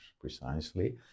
precisely